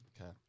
Okay